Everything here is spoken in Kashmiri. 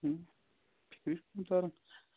فِکری چھُنہٕ تَران